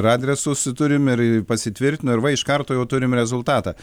ir adresus turim ir pasitvirtino ir va iš karto jau turim rezultatą